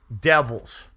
devils